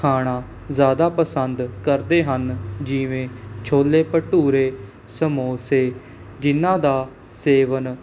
ਖਾਣਾ ਜ਼ਿਆਦਾ ਪਸੰਦ ਕਰਦੇ ਹਨ ਜਿਵੇਂ ਛੋਲੇ ਭਟੂਰੇ ਸਮੋਸੇ ਜਿਨ੍ਹਾਂ ਦਾ ਸੇਵਨ